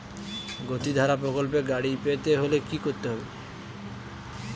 গতিধারা প্রকল্পে গাড়ি পেতে হলে কি করতে হবে?